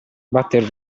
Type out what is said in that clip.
battere